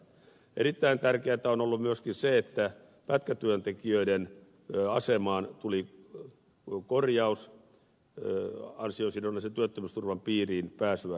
erittäin tärkeätä on ollut myöskin se että pätkätyöntekijöiden asemaan tuli korjaus ansiosidonnaisen työttömyysturvan piirin pääsyä helpottamalla